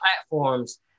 platforms